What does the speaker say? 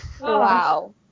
Wow